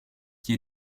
qui